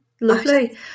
Lovely